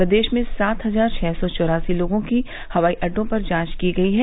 प्रदेश में सात हजार छह सौ चौरासी लोगों की हवाई अड्डों पर जांव की गई है